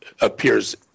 appears